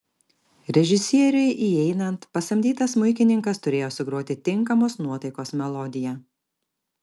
režisieriui įeinant pasamdytas smuikininkas turėjo sugroti tinkamos nuotaikos melodiją